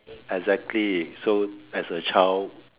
exactly so as a child